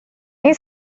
این